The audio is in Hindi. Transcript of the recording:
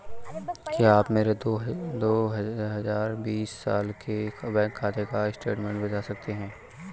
क्या आप मेरे दो हजार बीस साल के खाते का बैंक स्टेटमेंट बता सकते हैं?